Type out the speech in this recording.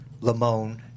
Lamone